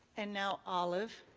and now, olive,